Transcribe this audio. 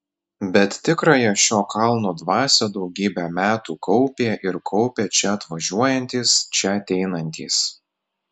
bet tikrąją šio kalno dvasią daugybę metų kaupė ir kaupia čia atvažiuojantys čia ateinantys